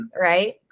right